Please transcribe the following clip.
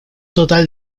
total